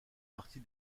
partie